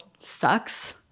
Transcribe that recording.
sucks